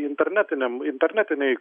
internetiniam internetinėj